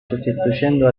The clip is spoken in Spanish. sustituyendo